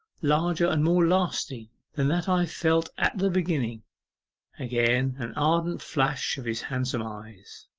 larger and more lasting than that i felt at the beginning again an ardent flash of his handsome eyes.